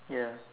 ya